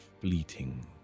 fleeting